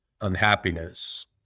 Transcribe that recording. unhappiness